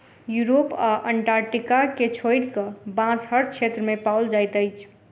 Europe आ Antarctica के छोइड़ कअ, बांस हर क्षेत्र में पाओल जाइत अछि